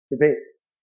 debates